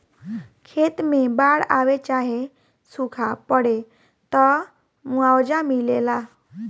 खेत मे बाड़ आवे चाहे सूखा पड़े, त मुआवजा मिलेला